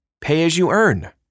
pay-as-you-earn